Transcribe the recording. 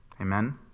Amen